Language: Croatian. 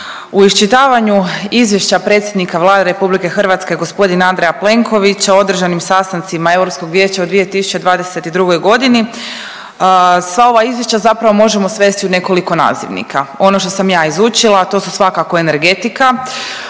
u iščitavanju izvještaja predsjednika Vlade RH gospodina Andreja Plenkovića o održanim sastancima Europskog vijeća u 2022. godini, sva ova izvješća zapravo možemo svesti u nekoliko nazivnika. Ono što sam ja izlučila, a to su svakako energetika,